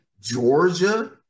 Georgia